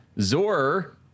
Zor